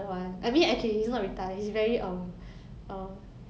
entertaining amusing